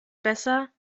besser